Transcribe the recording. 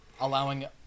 allowing